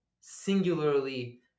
singularly